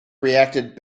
reacted